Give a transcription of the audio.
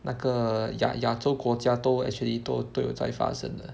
那个亚亚洲国家都 actually 都有在发生的